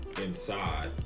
inside